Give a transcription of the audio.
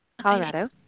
Colorado